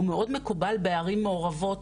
הוא מאוד מקובל בערים מעורבות,